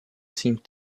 seemed